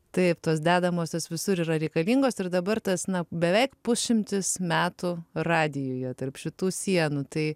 taip tos dedamosios visur yra reikalingos ir dabar tas na beveik pusšimtis metų radijuje tarp šitų sienų tai